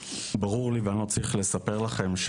ברור לי ואני לא צריך לספר לכם,